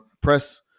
press